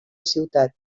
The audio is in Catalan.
ciutat